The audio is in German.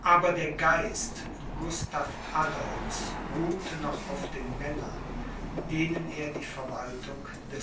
aber der geist gustav adolphs ruhte noch auf den männern denen er die verwaltung des